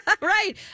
right